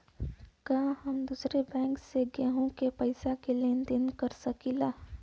का हम दूसरे बैंक से केहू के पैसा क लेन देन कर सकिला?